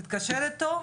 להתקשר איתו,